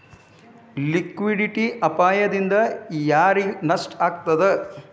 Liquidity ಅಪಾಯ ದಿಂದಾ ಯಾರಿಗ್ ನಷ್ಟ ಆಗ್ತದ?